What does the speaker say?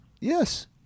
Yes